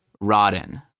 rotten